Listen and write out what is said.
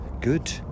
good